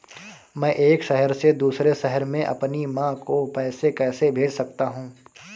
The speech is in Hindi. मैं एक शहर से दूसरे शहर में अपनी माँ को पैसे कैसे भेज सकता हूँ?